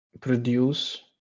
Produce